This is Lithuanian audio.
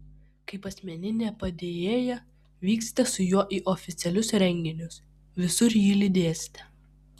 kaip asmeninė padėjėja vyksite su juo į oficialius renginius visur jį lydėsite